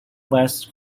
west